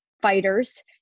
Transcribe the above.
fighters